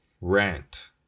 rent